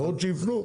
לפחות שיפנו,